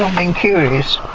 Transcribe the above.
i'm curious.